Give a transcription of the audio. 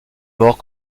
mort